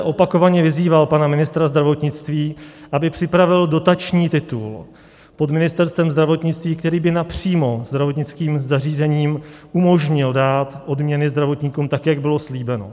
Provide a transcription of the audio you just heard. Opakovaně jsem zde vyzýval pana ministra zdravotnictví, aby připravil dotační titul pod Ministerstvem zdravotnictví, který by napřímo zdravotnickým zařízením umožnil dát odměny zdravotníkům tak, jak bylo slíbeno.